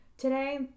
today